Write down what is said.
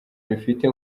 bifite